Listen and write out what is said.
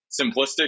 simplistic